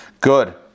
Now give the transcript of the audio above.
Good